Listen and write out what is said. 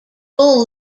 bull